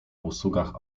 usługach